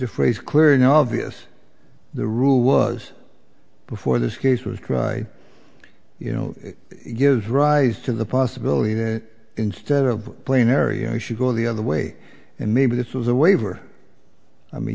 the phrase clear no obvious the rule was before this case was you know give rise to the possibility that instead of playing area you should go the other way and maybe this was a waiver i mean